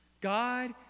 God